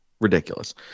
Ridiculous